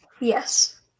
yes